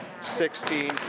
Sixteen